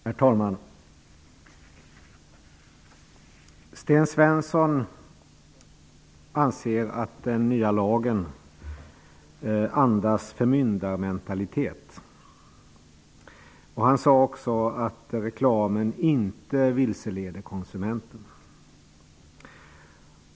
Herr talman! Sten Svensson anser att den nya lagen andas förmyndarmentalitet. Han sade också att reklamen inte vilseleder konsumenterna.